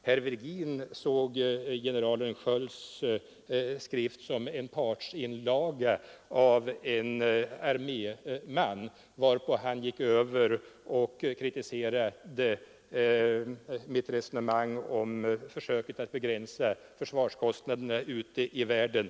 Herr Virgin såg general Skölds skrift som en partsinlaga av en arméman, varpå han gick över till att kritisera mitt resonemang om försöken att begränsa försvarskostnaderna ute i världen.